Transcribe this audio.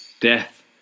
death